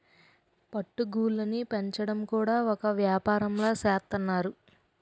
పట్టు గూళ్ళుని పెంచడం కూడా ఒక ఏపారంలా సేత్తన్నారు